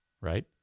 right